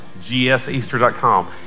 gseaster.com